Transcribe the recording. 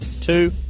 two